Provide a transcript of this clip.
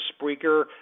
Spreaker